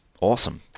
awesome